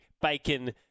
bacon